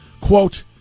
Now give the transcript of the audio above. quote